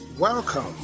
Welcome